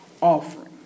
Offering